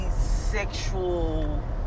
sexual